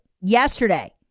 Yesterday